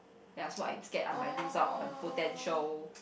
ya so I scared I might lose out on potential